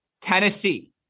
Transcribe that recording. Tennessee